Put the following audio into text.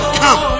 come